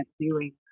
viewing